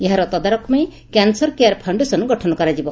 ଏହାର ତଦାରଖପାଇଁ cancer care foundation ଗଠନ କରାଯିବ